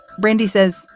brandee says,